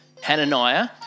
Hananiah